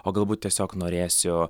o galbūt tiesiog norėsiu